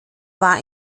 war